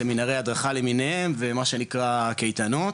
סמינרי הדרכה למיניהם ומה שנקרא קייטנות,